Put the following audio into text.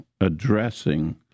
addressing